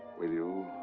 will you?